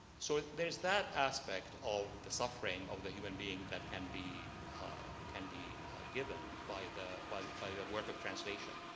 so there is that aspect of the suffering of the human being that can be can be given by the by the but work of translation.